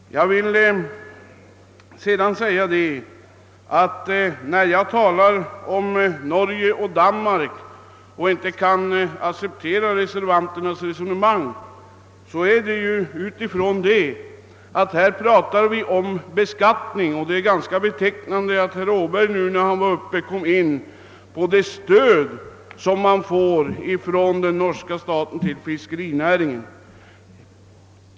När vi talar om Norge och Danmark och jag inte kan acceptera reservanternas resonemang är anledningen till detta att vi här diskuterar <beskattningsfrågor. Det är ganska betecknande att herr Åberg, när han var uppe i talarstolen, kom in på det stöd som norska staten ger till fiskerinäringen.